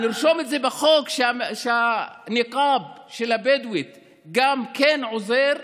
לרשום את זה בחוק שהניקאב של הבדואית גם כן עוזר?